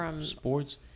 Sports